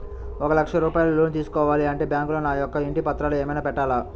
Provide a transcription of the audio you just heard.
ఒక లక్ష రూపాయలు లోన్ తీసుకోవాలి అంటే బ్యాంకులో నా యొక్క ఇంటి పత్రాలు ఏమైనా పెట్టాలా?